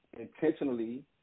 intentionally